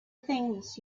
things